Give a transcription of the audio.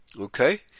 Okay